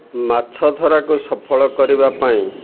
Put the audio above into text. ମାଛ ଧରାକୁ ସଫଳ କରିବା ପାଇଁ